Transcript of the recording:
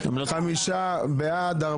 הצבעה אושר